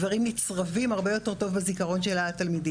דברים נצרבים הרבה יותר טוב בזיכרון של התלמידים.